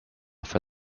for